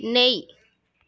नेईं